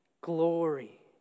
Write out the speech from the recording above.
glory